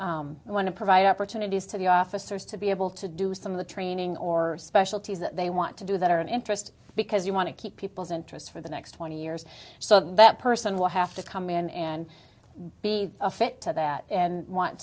i want to provide opportunities to the officers to be able to do some of the training or specialties that they want to do that are an interest because you want to keep people's interest for the next twenty years so that person will have to come in and be a fit to that and want